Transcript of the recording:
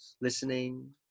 listening